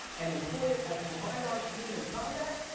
and employ it as a combined arms team in combat,